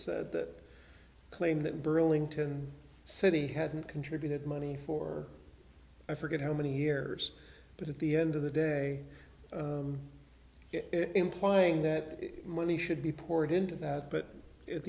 said that claim that burlington city had contributed money for i forget how many years but at the end of the day it implying that money should be poured into that but at